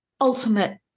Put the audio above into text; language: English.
ultimate